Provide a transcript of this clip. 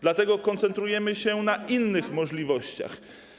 Dlatego koncentrujemy się na innych możliwościach.